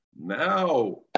Now